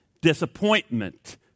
disappointment